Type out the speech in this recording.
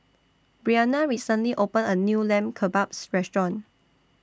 Brianna recently opened A New Lamb Kebabs Restaurant